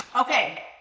Okay